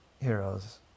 heroes